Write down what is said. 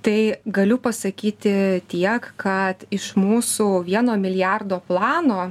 tai galiu pasakyti tiek kad iš mūsų vieno milijardo plano